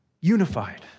unified